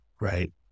right